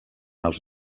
els